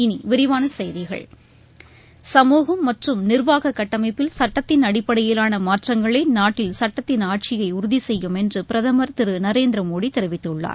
இனி விரிவான செய்கிகள் சமூகம் மற்றும் நிர்வாக கட்டமைப்பில் சட்டத்தின் அடிப்படையிலான மாற்றங்களே நாட்டில் சட்டத்தின் ஆட்சியை உறுதி செய்யும் என்று பிரதமர் திரு நரேந்திர மோடி தெரிவித்துள்ளார்